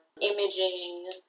imaging